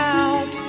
out